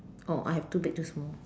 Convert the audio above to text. oh I have two big two small